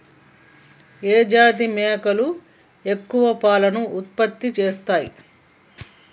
ఏ జాతి మేకలు ఎక్కువ పాలను ఉత్పత్తి చేస్తయ్?